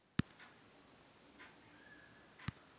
bank statement खातेधारकालाच दिले जाते